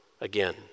again